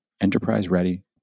enterprise-ready